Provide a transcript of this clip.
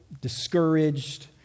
Discouraged